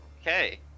okay